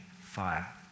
fire